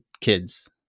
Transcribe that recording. kids